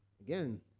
Again